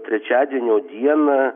trečiadienio dieną